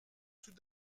tout